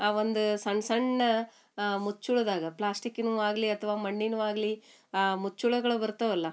ಆ ಒಂದು ಸಣ್ಣ ಸಣ್ಣ ಮುಚ್ಚುಳ್ದಾಗ ಪ್ಲಾಸ್ಟಿಕ್ಕಿನೂ ಆಗಲಿ ಅಥ್ವಾ ಮಣ್ಣಿನು ಆಗಲಿ ಆ ಮುಚ್ಚುಳಗಳು ಬರ್ತವಲ್ಲ